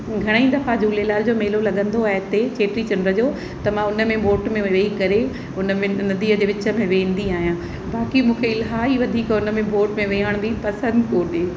घणेई दफ़ा झूलेलाल जो मेलो लॻंदो आहे हिते चेटी चंड जो त मां हुनमें बोट में वेही करे उनमें नंदीअ जे विच में वेंदी आहियां बाक़ी मूंखे इलाही वधीक हुनमें बोट में वेहण बि पसंदि कोन्हे